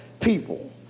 people